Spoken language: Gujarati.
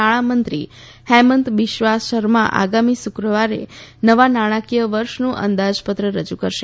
નાણામંત્રી ફેંમત બિશ્વા શર્મા આગામી શુક્રવારે નવા નાણાંકીય વર્ષનું અંદાજપત્ર રજૂ કરશે